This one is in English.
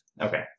Okay